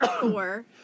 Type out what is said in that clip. four